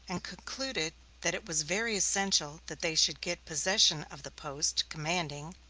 and concluded that it was very essential that they should get possession of the post, commanding,